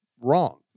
wrong